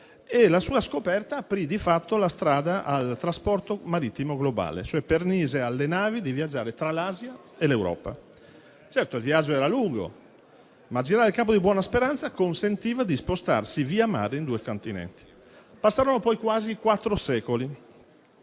la sua scoperta, di fatto, aprì la strada al trasporto marittimo globale, cioè permise alle navi di viaggiare tra l'Asia e l'Europa. Certo, il viaggio era lungo, ma aggirare il Capo di Buona Speranza consentiva di spostarsi via mare in due Continenti. Passarono poi quasi quattro secoli